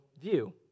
view